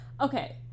Okay